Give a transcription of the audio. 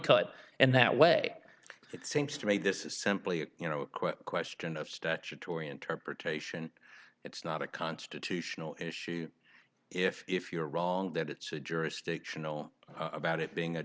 cut and that way it seems to me this is simply you know a quick question of statutory interpretation it's not a constitutional issue if you're wrong that it's jurisdictional about it being a